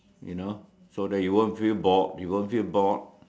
you know so that you won't feel bored you won't feel bored